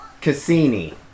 Cassini